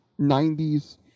90s